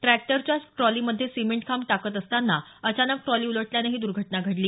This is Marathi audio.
ट्रॅक्टरच्या ट्रॉलीमध्ये सिमेंट खांब टाकत असताना अचानक ट्रॉली उलटल्यानं ही दुर्घटना घडली